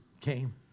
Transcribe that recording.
came